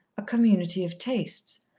a community of tastes,